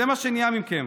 זה מה שנהיה מכם.